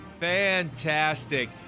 fantastic